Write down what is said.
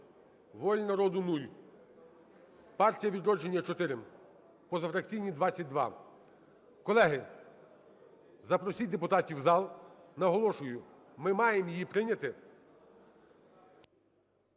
"Воля народу" – 0, "Партія "Відродження" – 4, позафракційні – 22. Колеги, запросіть депутатів у зал. Наголошую: ми маємо її прийняти